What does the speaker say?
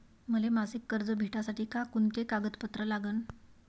मले मासिक कर्ज भेटासाठी का कुंते कागदपत्र लागन?